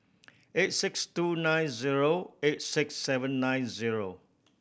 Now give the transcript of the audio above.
eight six two nine zero eight six seven nine zero